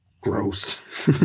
Gross